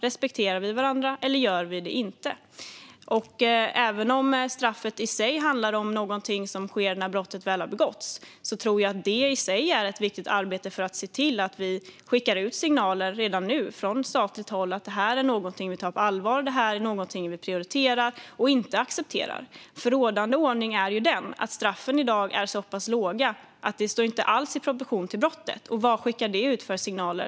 Respekterar vi varandra eller gör vi det inte? Även om straffet i sig handlar om någonting som sker när brottet väl har begåtts tror jag att det i sig är ett viktigt arbete. Det är viktigt att vi ser till att skicka ut signaler redan nu från statligt håll om att detta är någonting vi tar på allvar och någonting vi prioriterar och inte accepterar. Rådande ordning är ju att straffen i dag är så pass låga att de inte alls står i proportion till brottet. Och vad skickar det ut för signaler?